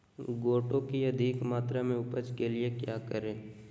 गोटो की अधिक मात्रा में उपज के लिए क्या करें?